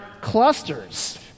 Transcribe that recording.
clusters